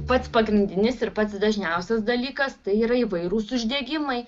pats pagrindinis ir pats dažniausias dalykas tai yra įvairūs uždegimai